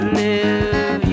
live